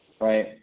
Right